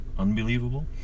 Unbelievable